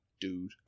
dude